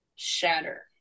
Shatter